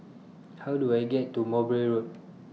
How Do I get to Mowbray Road